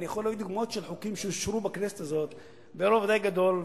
ואני יכול להביא דוגמאות של חוקים שאושרו בכנסת הזאת ברוב די גדול,